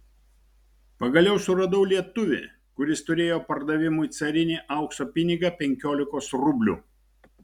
pagaliau suradau lietuvį kuris turėjo pardavimui carinį aukso pinigą penkiolikos rublių